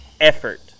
effort